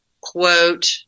quote